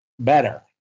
better